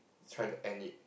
try to end it